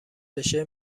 بشه